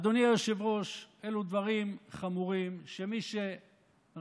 אדוני היושב-ראש, אלה דברים חמורים, ומי שרצה